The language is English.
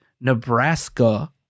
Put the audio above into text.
Nebraska